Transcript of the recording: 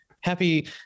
Happy